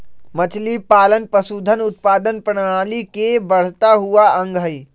मछलीपालन पशुधन उत्पादन प्रणाली के बढ़ता हुआ अंग हई